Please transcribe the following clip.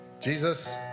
Jesus